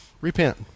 Repent